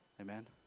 Amen